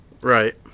right